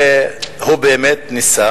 הוא באמת ניסה